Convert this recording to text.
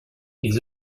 les